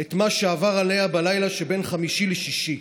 את מה שעבר עליה בלילה שבין חמישי לשישי.